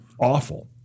Awful